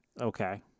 Okay